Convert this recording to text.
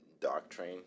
doctrine